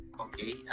Okay